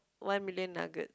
one million nugget